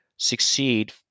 succeed